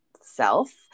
self